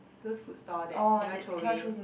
those food stall that they want throw away